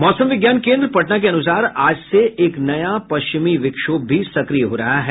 मौसम विज्ञान केन्द्र पटना के अनुसार आज से एक नया पश्चिमी विक्षोभ भी सक्रिय हो रहा है